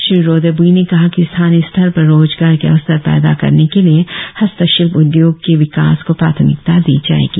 श्री रोदे ब्ई ने कहा कि स्थानीय स्तर पर रोजगार के अवसर पैदा करने के लिए हस्तशिल्प उद्योग के विकास को प्राथमिकता दी जाएगी